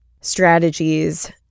strategies